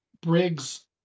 Briggs